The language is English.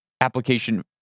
application